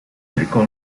recall